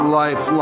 life